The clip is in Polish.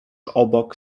obok